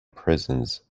prisons